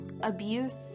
Abuse